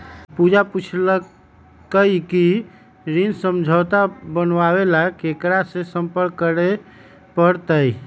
पूजा पूछल कई की ऋण समझौता बनावे ला केकरा से संपर्क करे पर तय?